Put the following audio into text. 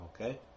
Okay